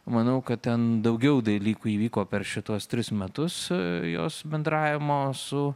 manau kad ten daugiau dalykų įvyko per šituos tris metus ir jos bendravimo su